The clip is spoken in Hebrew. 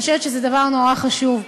אני חושבת שזה דבר נורא חשוב.